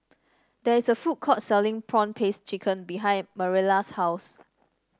there is a food court selling prawn paste chicken behind Mariela's house